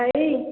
ଭାଇ